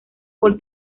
por